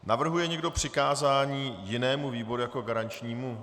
Navrhuje někdo přikázání jinému výboru jako garančnímu?